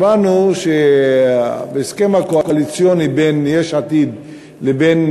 קראנו שבהסכם הקואליציוני בין יש עתיד לבין